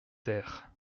ter